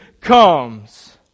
comes